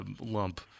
lump